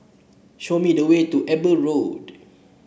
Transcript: show me the way to Eber Road